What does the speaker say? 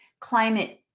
climate